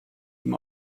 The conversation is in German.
ihm